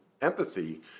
empathy